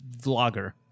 vlogger